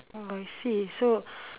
oh I see so